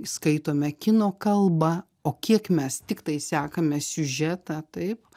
įskaitome kino kalbą o kiek mes tiktai sekame siužetą taip